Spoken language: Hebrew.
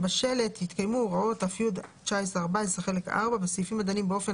בשלט יתקיימו הוראות ת"י 1918 חלק 4 בסעיפים הדנים באופן